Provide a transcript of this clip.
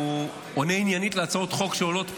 הוא עונה עניינית להצעות חוק שעולות פה.